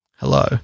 Hello